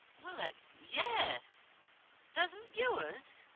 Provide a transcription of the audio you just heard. well, like yeah. doesn't yours?